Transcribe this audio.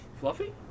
Fluffy